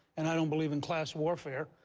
and i don't believe in class warfare.